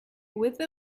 with